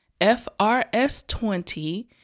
FRS20